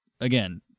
Again